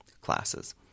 classes